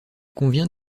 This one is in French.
convient